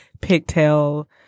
pigtail